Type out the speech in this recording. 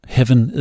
Heaven